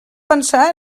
pensar